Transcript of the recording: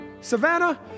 Savannah